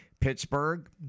Pittsburgh